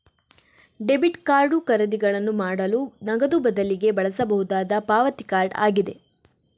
debit card ಖರೀದಿಗಳನ್ನು ಮಾಡಲು ನಗದು ಬದಲಿಗೆ ಬಳಸಬಹುದಾದ ಪಾವತಿ ಕಾರ್ಡ್ ಆಗಿದೆ